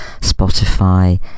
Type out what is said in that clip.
Spotify